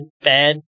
bad